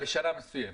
בשלב מסוים.